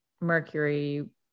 Mercury